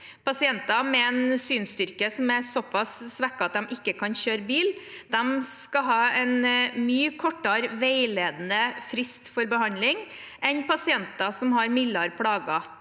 Pasienter med en synsstyrke som er såpass svekket at de ikke kan kjøre bil, skal ha en mye kortere veiledende frist for behandling enn pasienter som har mildere plager.